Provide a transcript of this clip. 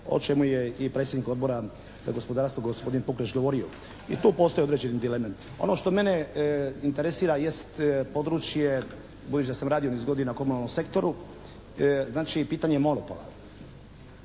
o čemu je i predsjednik Odbora za gospodarstvo gospodin Pukleš govorio. I tu postoje određene dileme. Ono što mene interesira jest područje budući da sam radio niz godina u komunalnom sektoru, znači pitanje monopola.